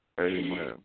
Amen